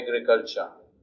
agriculture